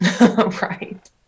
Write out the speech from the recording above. Right